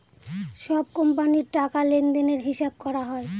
সব কোম্পানির টাকা লেনদেনের হিসাব করা হয়